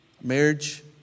Marriage